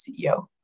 CEO